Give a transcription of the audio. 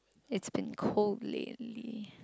it's been cold lately